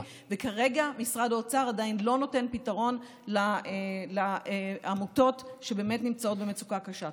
וכרגע משרד האוצר עדיין לא נותן פתרון לעמותות שבאמת נמצאות במצוקה קשה.